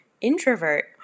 introvert